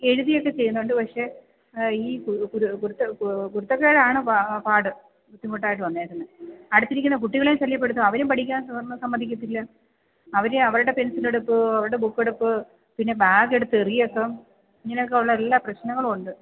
എഴുതിയൊക്കെ ചെയ്യുന്നുണ്ട് പക്ഷേ ഈ ഗുരുത്വക്കേടാണ് പാട് ബുദ്ധിമുട്ടായിട്ട് വന്നിരിക്കുന്നത് അടുത്തിരിക്കുന്ന കുട്ടികളെയും ശല്യപ്പെടുത്തും അവരെയും പഠിക്കാന് സമ്മതിക്കില്ല അവരുടെ പെന്സിലെടുത്ത് അവരുടെ ബുക്കെടുത്ത് പിന്നെ ബാഗെടുത്തെറിയുക ഇങ്ങനെയൊക്കെയുള്ള എല്ലാ പ്രശ്നങ്ങളുമുണ്ട് അവന്